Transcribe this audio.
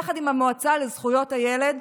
יחד עם המועצה לזכויות הילד,